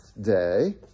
day